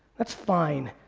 that's fine.